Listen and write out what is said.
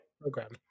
program